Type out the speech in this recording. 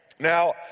Now